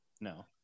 No